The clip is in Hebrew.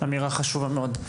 אמירה חשובה מאוד.